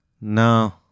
No